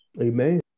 Amen